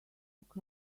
took